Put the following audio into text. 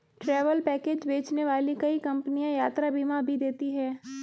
travel package बेचने वाली कई कंपनियां यात्रा बीमा भी देती हैं